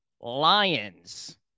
Lions